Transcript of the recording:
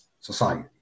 society